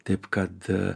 taip kad